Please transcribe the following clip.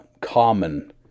common